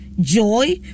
joy